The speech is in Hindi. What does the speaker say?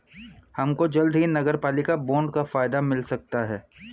हमको जल्द ही नगरपालिका बॉन्ड का फायदा मिल सकता है